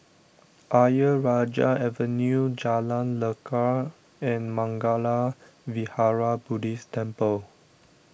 Ayer Rajah Avenue Jalan Lekar and Mangala Vihara Buddhist Temple